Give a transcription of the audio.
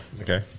Okay